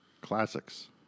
Classics